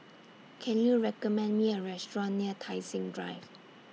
Can YOU recommend Me A Restaurant near Tai Seng Drive